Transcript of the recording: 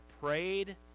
prayed